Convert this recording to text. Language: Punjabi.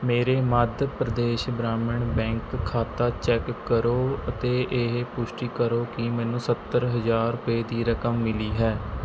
ਮੇਰੇ ਮੱਧ ਪ੍ਰਦੇਸ਼ ਗ੍ਰਾਮੀਣ ਬੈਂਕ ਖਾਤਾ ਚੈੱਕ ਕਰੋ ਅਤੇ ਇਹ ਪੁਸ਼ਟੀ ਕਰੋ ਕੀ ਮੈਨੂੰ ਸੱਤਰ ਹਜ਼ਾਰ ਰੁਪਏ ਦੀ ਰਕਮ ਮਿਲੀ ਹੈ